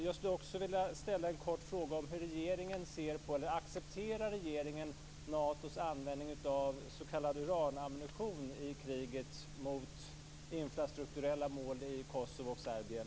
Jag skulle också vilja ställa en kort fråga om ifall regeringen accepterar Natos användning av s.k. uranammunition i kriget mot infrastrukturella mål i Kosovo och Serbien.